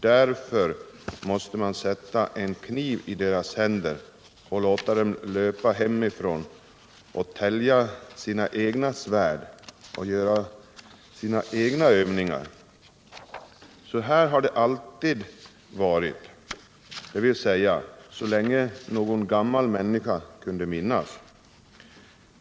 Därför måste man sätta en kniv i deras händer och låta dem löpa hemifrån och tälja sina egna svärd och göra sina egna övningar. Så har det alltid varit — det vill säga så länge någon gammal människa kunde minnas.